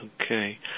Okay